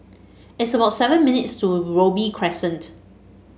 it's about seven minutes to Robey Crescent